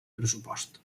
pressupost